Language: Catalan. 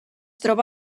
troba